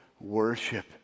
worship